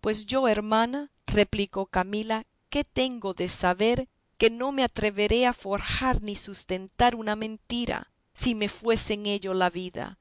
pues yo hermana replicó camila qué tengo de saber que no me atreveré a forjar ni sustentar una mentira si me fuese en ello la vida